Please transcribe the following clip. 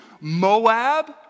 Moab